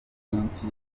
nyinshi